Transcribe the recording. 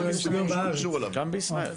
גם בישראל.